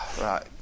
right